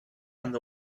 and